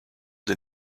des